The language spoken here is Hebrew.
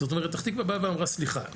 זאת אומרת פתח תקווה באה ואמרה סליחה,